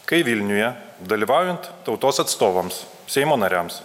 kai vilniuje dalyvaujant tautos atstovams seimo nariams